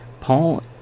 Paul